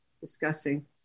discussing